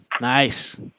Nice